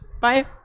bye